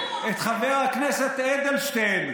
רואה, חבר הכנסת כסיף.